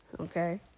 Okay